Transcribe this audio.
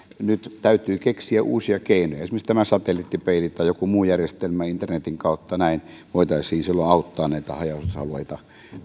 nyt täytyy keksiä uusia keinoja esimerkiksi tämä satelliittipeili tai joku muu järjestelmä internetin kautta näin voitaisiin auttaa haja asutusalueita